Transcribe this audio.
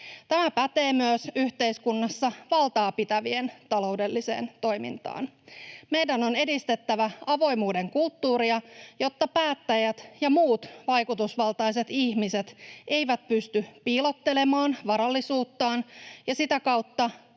Tämä pätee myös yhteiskunnassa valtaa pitävien taloudelliseen toimintaan. Meidän on edistettävä avoimuuden kulttuuria, jotta päättäjät ja muut vaikutusvaltaiset ihmiset eivät pysty piilottelemaan varallisuuttaan ja sitä kautta